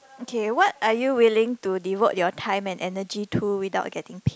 okay what are you willing to devote your time and energy to without getting paid